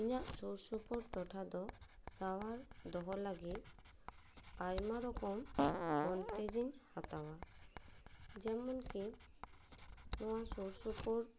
ᱤᱧᱟᱹᱜ ᱥᱩᱨ ᱥᱩᱯᱩᱨ ᱴᱚᱴᱷᱟ ᱫᱚ ᱥᱟᱶᱟᱨ ᱫᱚᱦᱚ ᱞᱟᱹᱜᱤᱫ ᱟᱭᱢᱟ ᱨᱚᱠᱚᱢ ᱵᱚᱱᱫᱮᱡ ᱤᱧ ᱦᱟᱛᱟᱣᱟ ᱡᱮᱢᱚᱱ ᱠᱤ ᱱᱚᱣᱟ ᱥᱩᱨᱥᱩᱯᱩᱨ